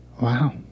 Wow